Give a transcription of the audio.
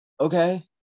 Okay